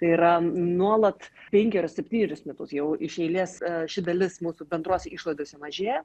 tai yra nuolat penkerius septynerius metus jau iš eilės ši dalis mūsų bendrose išlaidose mažėja